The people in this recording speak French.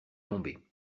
tomber